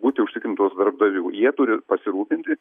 būti užtikrintos darbdavių jie turi pasirūpinti